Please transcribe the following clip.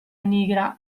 nigra